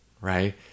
right